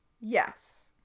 yes